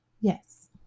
Yes